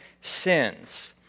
sins